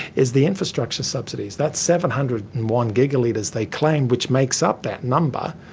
is the infrastructure subsidies, that seven hundred and one gigalitres they claim which makes up that number,